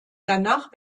danach